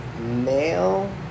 male